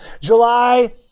July